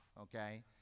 okay